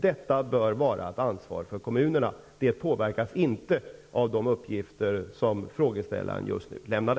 Det påverkas inte av de uppgifter som frågeställaren just nu lämnade.